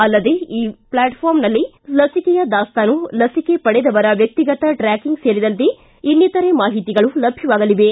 ಅಲ್ಲದೇ ಈ ಪ್ಲಾಟ್ಫಾರಂನಲ್ಲಿ ಲಸಿಕೆಯ ದಾಸ್ತಾನು ಲಸಿಕೆ ಪಡೆದವರ ವ್ಯಕ್ತಿಗತ ಟ್ರಾಕಿಂಗ್ ಸೇರಿದಂತೆ ಇನ್ನಿತರೆ ಮಾಹಿತಿಗಳು ಲಭ್ಯವಾಗಲಿವೆ